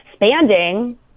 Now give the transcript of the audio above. expanding